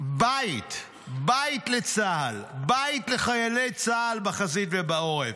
בית לצה"ל, בית לחיילי צה"ל בחזית ובעורף.